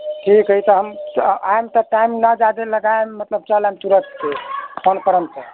ठीक हइ तऽ हम आइम तऽ टाइम नहि ज्यादे लगाइम मतलब चल आइम तुरन्ते फोन करम तऽ